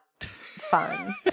fun